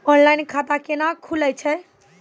Online खाता केना खुलै छै?